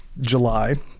July